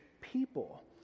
people